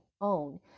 own